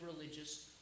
religious